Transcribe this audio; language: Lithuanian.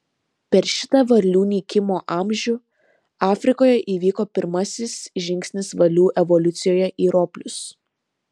per šitą varlių nykimo amžių afrikoje įvyko pirmasis žingsnis varlių evoliucijoje į roplius